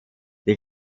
die